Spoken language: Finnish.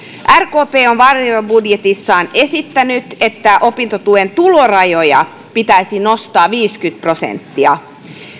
rkp on varjobudjetissaan esittänyt että opintotuen tulorajoja pitäisi nostaa viisikymmentä prosenttia